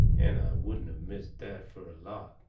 and i wouldn't of missed that fur a lot.